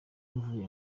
mvuye